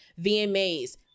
VMAs